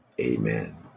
Amen